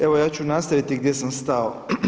Evo ja ću nastaviti gdje sam stao.